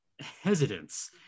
hesitance